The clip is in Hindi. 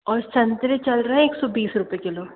और संतरे चल रहे हैं एक सौ बीस रुपये किलो